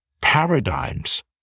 Paradigms